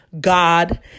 god